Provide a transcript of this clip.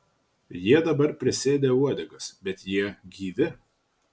jie dabar prisėdę uodegas bet jie gyvi